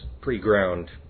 pre-ground